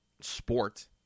sport